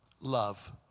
love